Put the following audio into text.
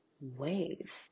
ways